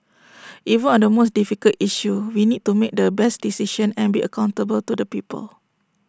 even on the most difficult issue we need to make the best decision and be accountable to the people